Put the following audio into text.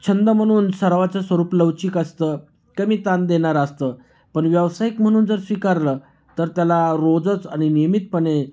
छंद म्हणून सर्वांचं स्वरूप लवचिक असतं कमी ताण देणारं असतं पण व्यावसायिक म्हणून जर स्वीकारलं तर त्याला रोजच आणि नियमितपणे